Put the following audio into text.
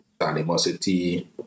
animosity